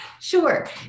Sure